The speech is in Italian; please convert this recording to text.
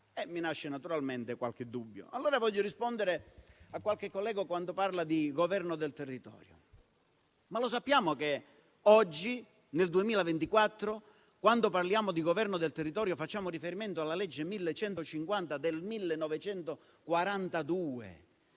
Mi nasce naturalmente qualche dubbio. Voglio rispondere a qualche collega, quando parla di governo del territorio. Lo sappiamo che oggi, nel 2024, quando parliamo di governo del territorio facciamo riferimento alla legge n. 1150 del 1942?